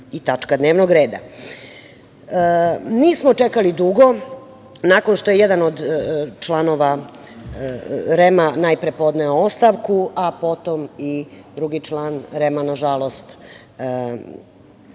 i tačka dnevnog reda. Nismo čekali dugo nakon što je jedan od članova REM-a najpre podneo ostavku, a potom i drugi član REM-a na žalost